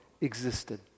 existed